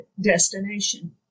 destination